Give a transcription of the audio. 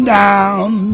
down